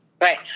Right